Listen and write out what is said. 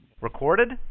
Recorded